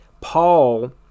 Paul